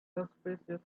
suspicious